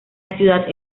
ciudad